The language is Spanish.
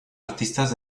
artistas